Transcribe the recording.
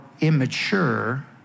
immature